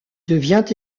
devient